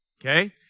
okay